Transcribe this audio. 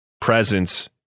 presence